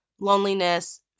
loneliness